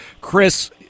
Chris